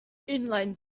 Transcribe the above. inline